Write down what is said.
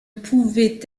pouvait